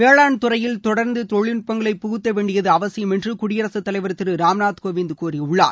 வேளாண் துறையில் தொடர்ந்து தொழில்நுட்பங்களை புகுத்த வேண்டியது அவசியம் என்று குடியரசுத்தலைவர் திரு ராம்நாத் கோவிந்த் கூறியுள்ளார்